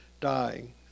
dying